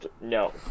No